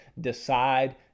decide